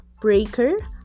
Breaker